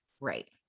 right